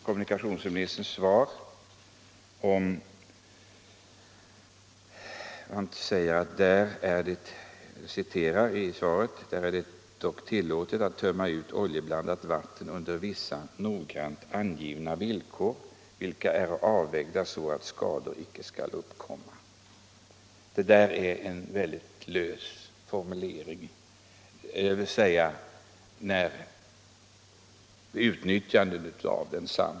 Kommunikationsministern säger i sitt svaraatt det är tillåtet att tömma ut oljeblandat vatten under vissa noggrant angivna villkor, som är avvägda så att skador icke skall uppkomma. Det där är en väldigt lös formulering.